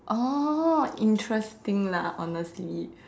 oh interesting lah honestly